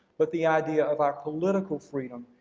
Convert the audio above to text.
but the idea of our political freedom,